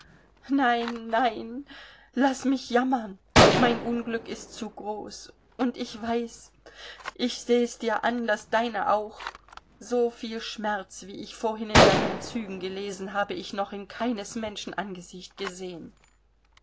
nein nein laß mich jammern mein unglück ist zu groß und ich weiß ich seh dir's an das deine auch so viel schmerz wie ich vorhin in deinen zügen gelesen habe ich noch in keines menschen angesicht gesehen